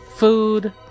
food